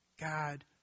God